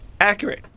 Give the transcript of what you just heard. accurate